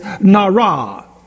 Nara